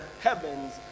heavens